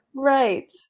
Right